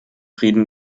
frieden